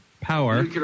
power